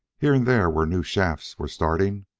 here and there, where new shafts were starting,